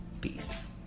Peace